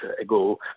ago